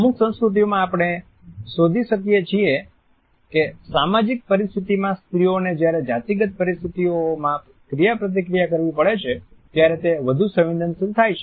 અમુક સંસ્કૃતિઓમાં આપણે શોધી શકીએ છીએ કે સામાજિક પરિસ્થિતમાં સ્ત્રીઓને જ્યારે જાતિગત પરિસ્થિતિમાં ક્રિયાપ્રતિક્રિયા કરવી પડે છે ત્યારે તે વધુ સંવેદનશીલ થાય છે